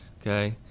Okay